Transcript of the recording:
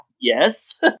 Yes